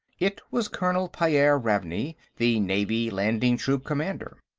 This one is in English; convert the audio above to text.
it was colonel pyairr ravney, the navy landing-troop commander.